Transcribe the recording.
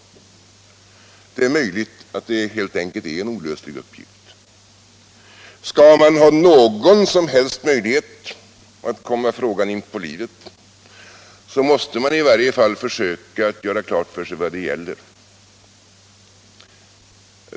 Det är möjligt att det helt enkelt är en olöslig uppgift. Skall man ha någon som helst möjlighet att komma frågan in på livet måste man i varje fall försöka göra klart för sig vad det gäller.